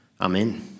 Amen